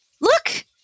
look